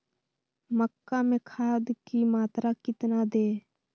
मक्का में खाद की मात्रा कितना दे?